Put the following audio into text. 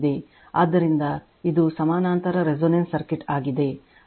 ಆದ್ದರಿಂದ ಇದು ಸಮಾನಾಂತರ ರೆಸೋನನ್ಸ್ ಸರ್ಕ್ಯೂಟ್ ಆಗಿದೆ